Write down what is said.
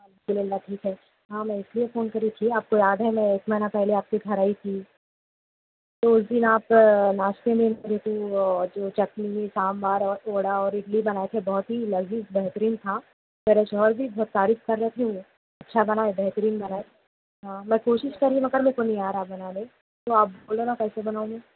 الحمد للہ ٹھیک ہے ہاں میں اس لیے فون کر ہی تھی آپ کو یاد ہے میں ایک مہینہ پہلے آپ کے گھر آئی تھی تو اس دن آپ ناشتے میں جو ہے سو جو چٹنی میں سامبھر اور اور اڈلی بنائے تھے بہت ہی لذیذ بہترین تھا میرے شوہر بھی بہت تعریف کر رہے تھے یہ اچھا بنا ہے بہترین بنا ہے اور میں کوشش کر رہی مگر میرے کو نہیں آ رہا بنانے تو آپ بولو نہ کیسے بنانے